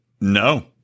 No